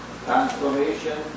Transformation